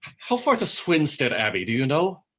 how far to swinstead abbey, do you know?